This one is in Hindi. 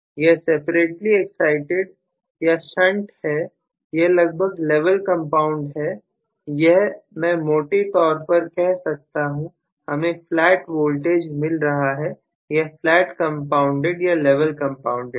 यह सेपरेटली एक्साइटिड या शंट है यह लगभग लेवल कंपाउंडेड है यह मैं मोटे तौर पर कह रहा हूं हमें फ्लैट वोल्टेज मिल रहा है यह फ्लैट कंपाउंडेड या लेवल कंपाउंडेड है